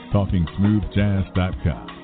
TalkingSmoothJazz.com